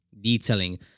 detailing